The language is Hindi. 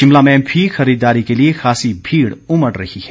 शिमला में भी खरीददारी के लिए खासी भीड़ उमड़ रही है